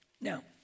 Now